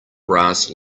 brass